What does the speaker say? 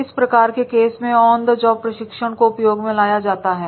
इस प्रकार के केस में ऑन द जॉब प्रशिक्षण को उपयोग में लाया जाता है